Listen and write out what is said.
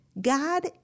God